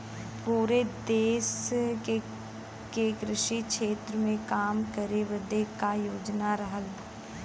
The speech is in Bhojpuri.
पुरे देस के कृषि क्षेत्र मे काम करे बदे क योजना रहल